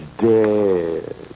dead